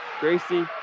Gracie